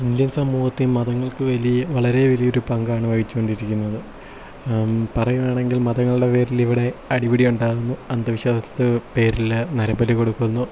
Indian സമൂഹത്തിൽ മതങ്ങൾക്ക് വലിയ വളരെ വലിയൊരു പങ്കാണ് വഹിച്ചു കൊണ്ടിരിക്കുന്നത് പറയുകയാണെങ്കിൽ മതങ്ങളുടെ പേരിൽ ഇവിടെ അടിപിടി ഉണ്ടാകുന്നു അന്ധവിശ്വാസത്തിൻ്റെ പേരിൽ നരബലി കൊടുക്കുന്നു